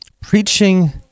Preaching